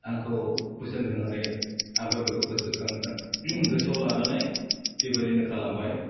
आंखौ बोसोन होनानै आंबो बेखौ गोसोखां गोसोआव लानानै बेबायदिनो खालामबाय